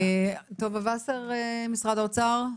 טובה ווסר, משרד האוצר,